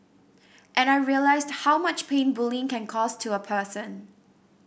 and I realised how much pain bullying can cause to a person